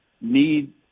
need